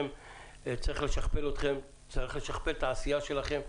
צריך לשכפל אתכם, צריך לשכפל את העשייה שלכם.